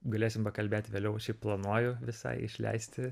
galėsim pakalbėti vėliau šiaip planuoju visai išleisti